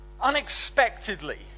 unexpectedly